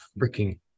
freaking